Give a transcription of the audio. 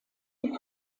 die